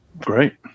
Great